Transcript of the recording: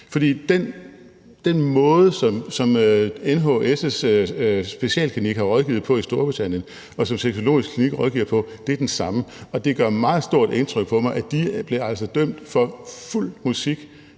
For den måde, som NHS' specialklinik har rådgivet på i Storbritannien, og som Sexologisk Klinik rådgiver på, er den samme, og det gør meget stort indtryk på mig, at de altså blev dømt for fuld musik